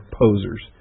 posers